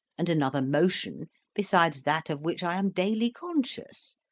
and another motion besides that of which i am daily conscious.